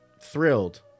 thrilled